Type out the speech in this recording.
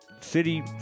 city